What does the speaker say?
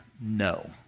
no